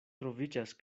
troviĝas